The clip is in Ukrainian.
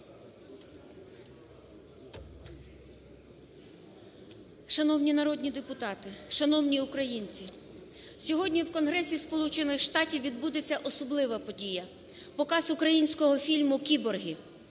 Шановні народні депутати, шановні українці! Сьогодні в Конгресі Сполучених Штатів відбудеться особлива подія – показ українського фільму "Кіборги".